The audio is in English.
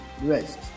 rest